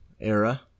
era